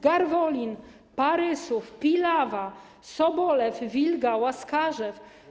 Garwolin, Parysów, Pilawa, Sobolew, Wilga, Łaskarzew.